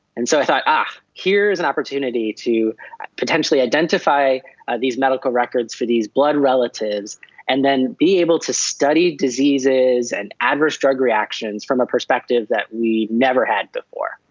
and so i thought, ah, here's an opportunity to potentially identify these medical records for these blood relatives and then be able to study diseases and adverse drug reactions from a perspective that we never had before.